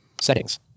Settings